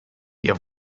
ihr